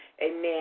Amen